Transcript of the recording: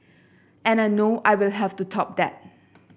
and I know I will have to top that